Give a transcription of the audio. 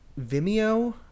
Vimeo